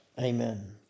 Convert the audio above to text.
Amen